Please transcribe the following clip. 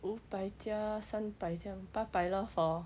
五百加三百这样八百 lor for